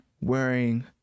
wearing